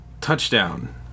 Touchdown